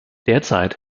derzeit